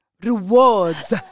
rewards